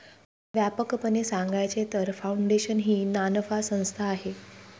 व्यापकपणे सांगायचे तर, फाउंडेशन ही नानफा संस्था आहे